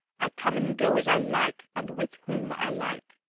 i come and go as i like, and with whom i like,